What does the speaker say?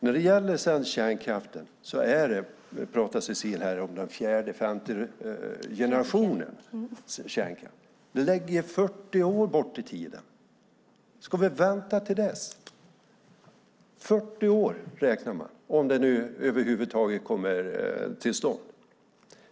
När det gäller kärnkraften pratar Cecilie här om den tredje och fjärde generationens kärnkraft. Men det ligger 40 år framåt i tiden! Ska vi vänta till dess? Man räknar med 40 år om det nu över huvud taget kommer till stånd.